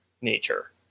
nature